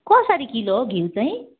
कसरी किलो हो घिउ चाहिँ